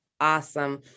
Awesome